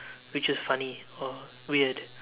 which was funny or weird